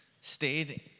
stayed